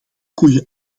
koeien